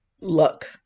luck